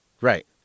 Right